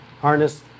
harness